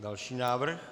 Další návrh.